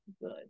good